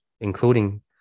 including